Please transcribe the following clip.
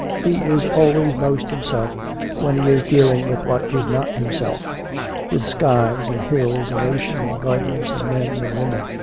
he is always most himself when he is dealing with what is not himself with skies and hills and ocean and gardens and men and women.